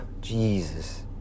Jesus